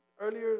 Earlier